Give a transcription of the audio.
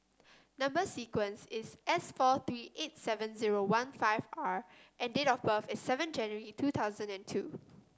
number sequence is S four three eight seven zero one five R and date of birth is seven January two thousand and two